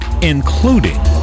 including